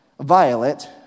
violet